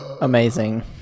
Amazing